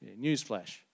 Newsflash